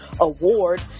award